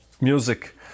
music